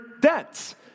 debts